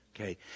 Okay